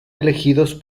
elegidos